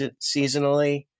seasonally